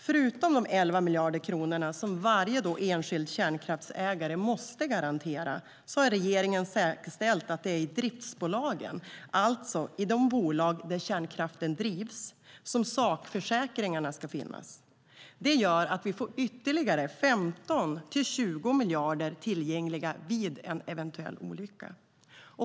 Förutom de 11 miljarder kronor som varje enskild kärnkraftsägare måste garantera har regeringen säkerställt att det är i driftsbolagen, alltså i de bolag där kärnkraften drivs, som sakförsäkringarna ska finnas. Det gör att vi får ytterligare 15-20 miljarder tillgängliga vid en eventuell olycka.